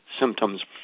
symptoms